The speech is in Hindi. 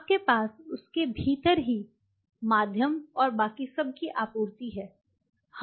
आपके पास उसके भीतर ही माध्यम और बाकी सब की आपूर्ति है